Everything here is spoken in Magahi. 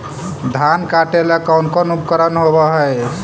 धान काटेला कौन कौन उपकरण होव हइ?